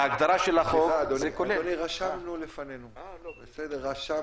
המשטרה קודם כול מרימה טלפון לאותו אדם שלא יצאה לגביו התאמה ראשונית.